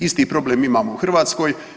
Isti problem imamo u Hrvatskoj.